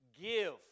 give